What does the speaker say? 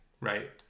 Right